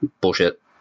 bullshit